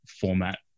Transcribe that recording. format